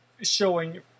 showing